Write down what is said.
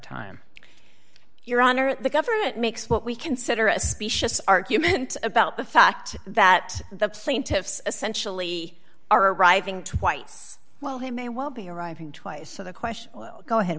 time your honor at the government makes what we consider a specious argument about the fact that the plaintiffs essentially are arriving twice well they may well be arriving twice so the question go ahead